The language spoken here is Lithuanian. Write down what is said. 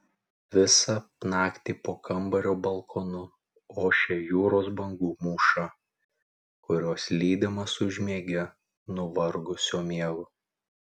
visą naktį po kambario balkonu ošia jūros bangų mūša kurios lydimas užmiegi nuvargusio miegu